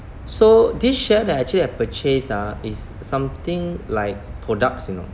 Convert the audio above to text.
so this share that actually I purchase ah is something like products you know